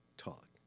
talk